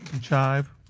Chive